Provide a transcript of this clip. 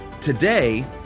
today